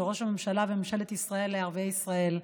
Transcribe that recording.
ראש הממשלה וממשלת ישראל לערביי ישראל.